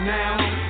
now